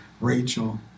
Rachel